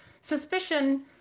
suspicion